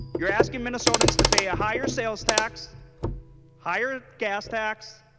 you are asking minnesotans to pay a higher sales tax higher gas tax